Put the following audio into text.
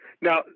Now